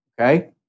Okay